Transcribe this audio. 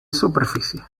superficie